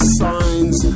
signs